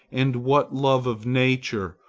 and what love of nature,